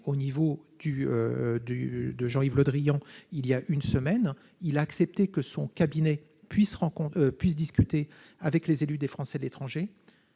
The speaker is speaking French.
avec Jean-Yves Le Drian il y a une semaine, qui a accepté que son cabinet discute avec les élus des Français de l'étranger.